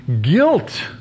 guilt